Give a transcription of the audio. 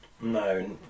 No